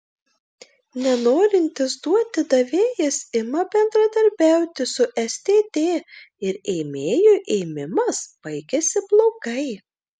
nenorintis duoti davėjas ima bendradarbiauti su stt ir ėmėjui ėmimas baigiasi blogai